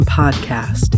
podcast